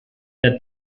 der